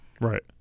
Right